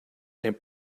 and